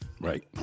right